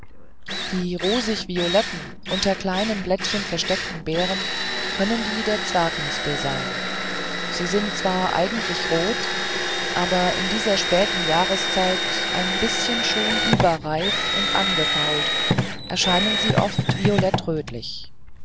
die rosigvioletten unter kleinen blättchen versteckten beeren können die der zwergmispel sein sie sind zwar eigentlich rot aber in dieser späten jahreszeit ein bißchen schon überreif und angefault erscheinen sie oft